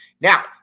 Now